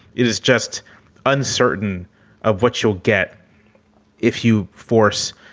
it is just uncertain of what you'll get if you force.